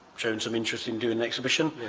showed some interest in doing an exhibition.